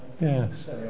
Yes